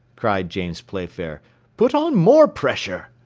cried james playfair put on more pressure!